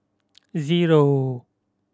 zero